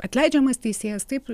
atleidžiamas teisėjas taip